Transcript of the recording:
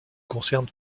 concerne